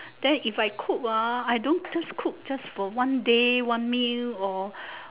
then if I cook ah I don't just cook just for one day one meal or